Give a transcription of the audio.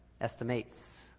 Estimates